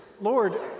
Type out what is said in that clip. Lord